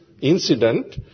incident